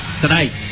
tonight